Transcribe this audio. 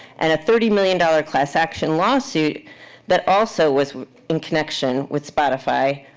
and a thirty million dollars class-action lawsuit that also was in connection with spotify.